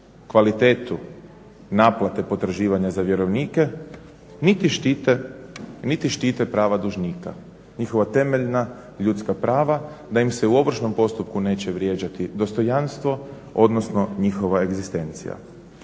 kvalitetu naplate potraživanja za vjerovnike niti štite prava dužnika. Njihova temeljna ljudska prava da im se u ovršnom postupku neće vrijeđati dostojanstvo, odnosno njihova egzistencija.